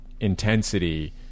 intensity